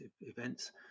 events